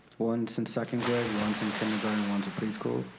one's in second grade, one's in kindergarten, one's in preschool.